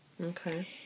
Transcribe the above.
Okay